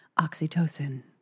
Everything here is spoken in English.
oxytocin